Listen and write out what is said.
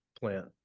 plant